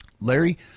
Larry